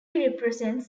represents